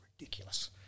ridiculous